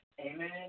Amen